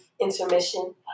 Intermission